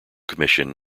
commission